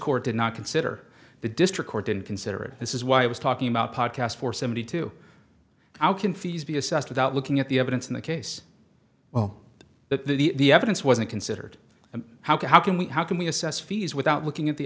court did not consider the district court didn't consider it this is why i was talking about podcast for seventy two hour can fees be assessed without looking at the evidence in the case well that the evidence wasn't considered and how can we how can we assess fees without looking at the